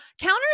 counter